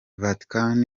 vatican